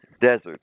desert